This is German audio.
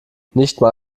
nichtmal